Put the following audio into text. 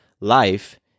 life